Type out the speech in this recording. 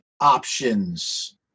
options